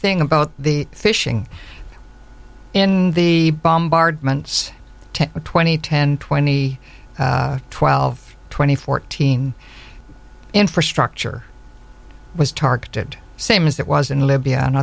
thing about the fishing in the bombardments twenty ten twenty twelve twenty fourteen infrastructure was targeted same as that was in libya and